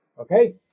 okay